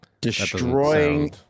Destroying